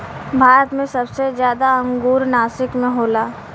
भारत मे सबसे जादा अंगूर नासिक मे होला